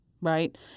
right